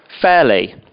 fairly